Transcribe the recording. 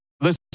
Listen